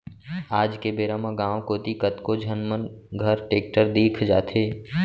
आज के बेरा म गॉंव कोती कतको झन मन घर टेक्टर दिख जाथे